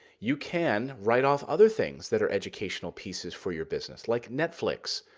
you can write off other things that are educational pieces for your business like netflix.